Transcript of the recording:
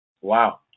Wow